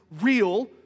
real